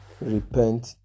repent